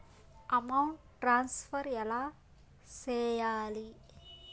amount transfer ఎలా సేయాలి